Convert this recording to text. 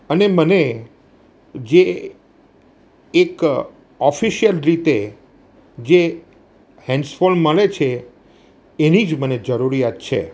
અને મને જે એક ઓફીશીઅલ રીતે જે હેન્સફોન્સ મળે છે એની જ મને જરૂરિયાત છે